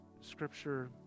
Scripture